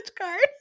card